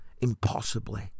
impossibly